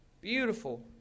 Beautiful